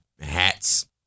hats